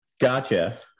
Gotcha